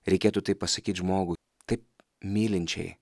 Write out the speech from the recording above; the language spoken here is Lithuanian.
reikėtų tai pasakyti žmogui taip mylinčiai